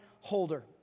holder